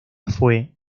fue